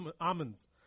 almonds